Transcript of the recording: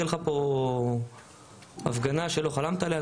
יהיה לך פה הפגנה שלא חלמת עליה,